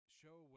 show